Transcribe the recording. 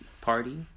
party